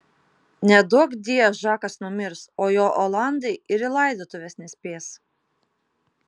neduokdie žakas numirs o jo olandai ir į laidotuves nespės